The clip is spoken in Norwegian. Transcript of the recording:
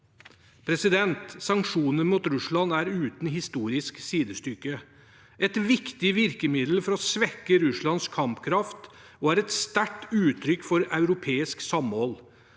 oppslutning. Sanksjonene mot Russland er uten historisk sidestykke. Det er et viktig virkemiddel for å svekke Russlands kampkraft og et sterkt uttrykk for europeisk samhold.